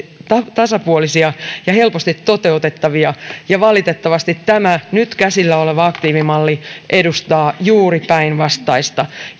tasapuolisia ja helposti toteutettavia ja valitettavasti tämä nyt käsillä oleva aktiivimalli edustaa juuri päinvastaista